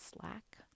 slack